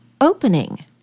opening